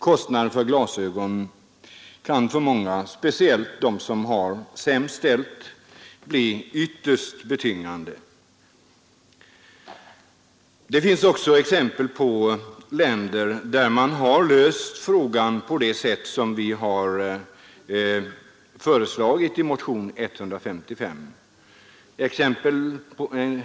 Kostnaderna för glasögon kan för många — speciellt för dem som har det sämst ställt — bli ytterst betungande. Det finns också exempel på länder där man har löst frågan på sådant sätt som föreslagits i motionen 115.